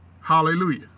Hallelujah